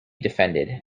defended